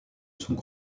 sont